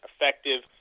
effective